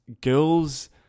girl's